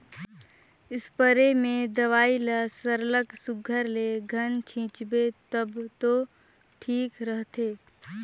spray में दवई ल सरलग सुग्घर ले घन छींचबे तब दो ठीक रहथे